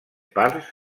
parts